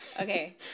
Okay